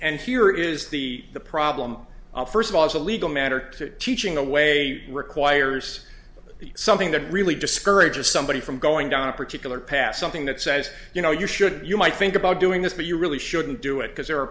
and here is the the problem first of all as a legal matter to teaching a way requires something that really discourages somebody from going down a particular pass something that says you know you should you might think about doing this but you really shouldn't do it because there are